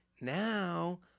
now